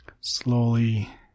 slowly